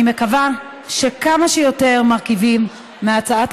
אני מקווה שכמה שיותר מרכיבים מהצעת